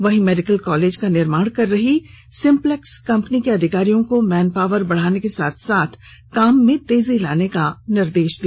वही medical college का निर्माण कर रही सिंपलेक्स कंपनी के अधिकारियों को मैन पावर बढ़ाने के साथ साथ काम में तेजी लाने का निर्देश दिया